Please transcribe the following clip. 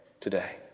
today